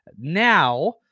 now